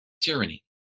tyranny